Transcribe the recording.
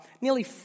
nearly